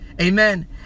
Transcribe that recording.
Amen